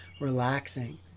relaxing